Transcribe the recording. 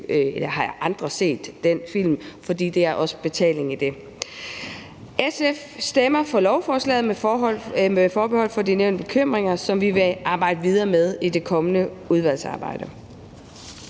andre har set den film, for der er også betaling i det. SF stemmer for lovforslaget med forbehold for de nævnte bekymringer, som vi vil arbejde videre med i det kommende udvalgsarbejde.